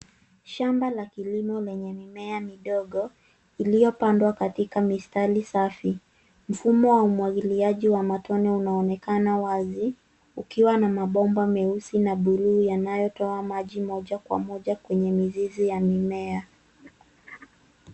Shamba la kilimo lenye mimea midogo iliyopandwa katika mistari safi. Mfumo wa umwagiliaji wa matone unaonekana wazi ukiwa na mabomba meusi na buluu yanayotoa maji moja kwa moja kwenye mizizi ya mimea.